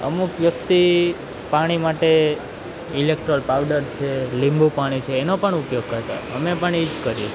અમુક વ્યક્તિ પાણી માટે ઇલેક્ટ્રોલ પાવડર છે લીંબુ પાણી છે એનો પણ ઉપયોગ કરતાં હોય અમે પણ એજ કરીએ